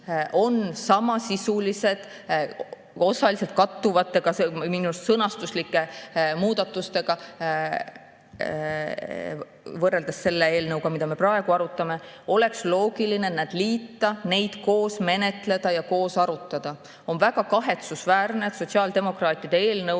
on samasisulised, osaliselt kattuvate, minu arust sõnastuslike muudatustega võrreldes selle eelnõuga, mida me praegu arutame. Oleks loogiline need liita, neid koos menetleda ja koos arutada. On väga kahetsusväärne, et sotsiaaldemokraatide eelnõud